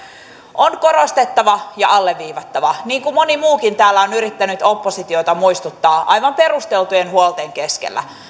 on korostettava ja alleviivattava niin kuin moni muukin täällä on yrittänyt oppositiota muistuttaa aivan perusteltujen huolten keskellä